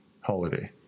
holiday